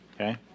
Okay